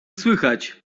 słychać